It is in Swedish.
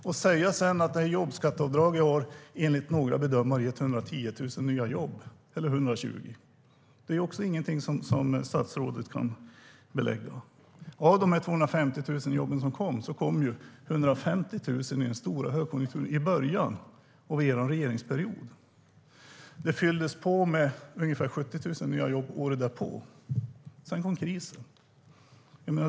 En del säger att jobbskatteavdraget enligt några bedömare har gett 120 000 nya jobb. Det är ingenting som statsrådet kan belägga. Av de 250 000 jobb som tillkommit kom 150 000 under högkonjunkturen i början av er regeringsperiod. Det fylldes på med ungefär 70 000 nya jobb året därpå. Sedan kom krisen.